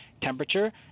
temperature